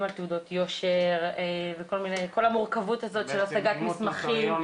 על תעודות יושר וכל המורכבות הזאת של השגת מסמכים.